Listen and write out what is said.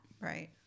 right